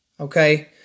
okay